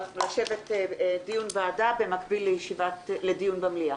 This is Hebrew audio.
לשבת בדיון בוועדה במקביל לדיון במליאה.